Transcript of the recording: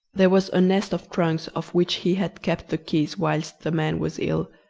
there was a nest of trunks of which he had kept the keys whilst the man was ill,